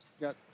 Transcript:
got